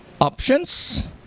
options